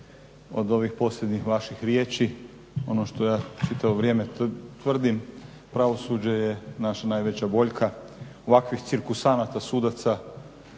od ovih posljednjih vaših riječi. Ono što ja čitavo vrijeme tvrdim, pravosuđe je naša najveća boljka. Ovakvih cirkusanata sudaca